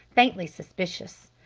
faintly suspicious.